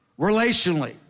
relationally